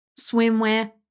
swimwear